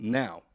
now